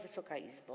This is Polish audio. Wysoka Izbo!